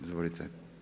Izvolite.